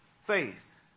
faith